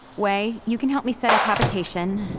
wei, you can help me set up habitation.